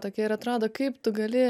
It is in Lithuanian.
tokia ir atrodo kaip tu gali